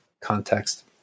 context